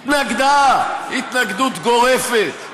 התנגדה התנגדות גורפת,